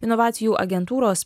inovacijų agentūros